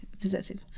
possessive